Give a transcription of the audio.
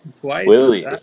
twice